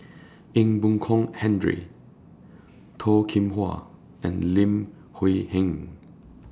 Ee Boon Kong Henry Toh Kim Hwa and Li Hui Heng